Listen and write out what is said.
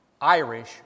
Irish